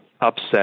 upset